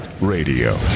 Radio